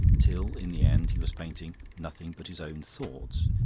till in the end he was painting nothing but his own thoughts,